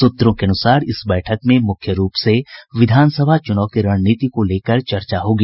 सूत्रों के अनुसार इस बैठक में मुख्य रूप से विधानसभा चुनाव की रणनीति को लेकर चर्चा होगी